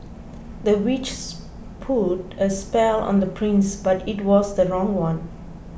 the witches put a spell on the prince but it was the wrong one